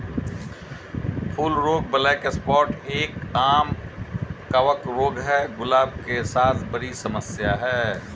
फूल रोग black spot एक, आम कवक रोग है, गुलाब के साथ बड़ी समस्या है